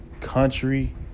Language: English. country